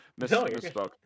misspoke